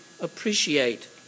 appreciate